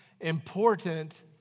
important